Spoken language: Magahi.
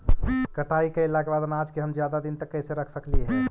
कटाई कैला के बाद अनाज के हम ज्यादा दिन तक कैसे रख सकली हे?